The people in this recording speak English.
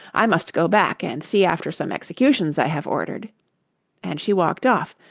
i must go back and see after some executions i have ordered' and she walked off,